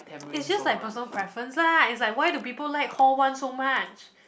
it's just like personal preference lah it's like why do people like hall one so much